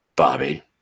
Bobby